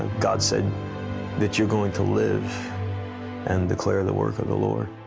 god said that you're going to live and declare the work of the lord.